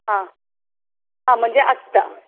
आं आ म्हणजे आसता